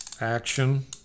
action